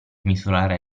misurare